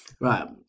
Right